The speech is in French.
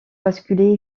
basculer